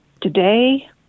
today